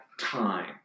time